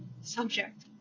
subject